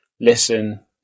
listen